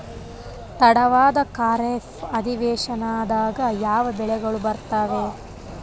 ತಡವಾದ ಖಾರೇಫ್ ಅಧಿವೇಶನದಾಗ ಯಾವ ಬೆಳೆಗಳು ಬರ್ತಾವೆ?